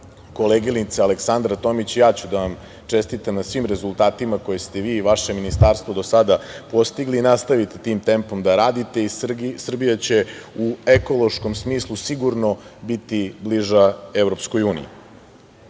koleginica Aleksandar Tomić, i ja ću da vam čestitam na svim rezultatima koje ste vi i vaše ministarstvo do sada postigli i nastavite tim tempom da radite i Srbija će u ekološkom smislu sigurno biti bliža EU.Ovaj zakon